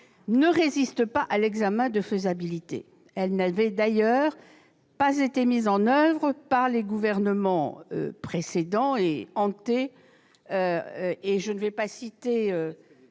ne résiste pas à l'examen de faisabilité. Elle n'avait d'ailleurs pas été mise en oeuvre par les gouvernements précédents. Je ne citerai pas Pierre